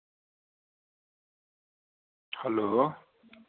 hello